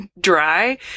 dry